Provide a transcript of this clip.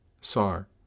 Sar